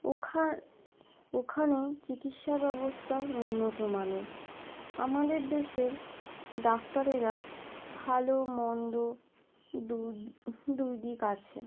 ওখা ওখানে চিকিৎসা ব্যবস্থাও উন্নত মানের আমাদের দেশের ডাক্তারেরা ভালো মন্দ দু দুই দিক আছে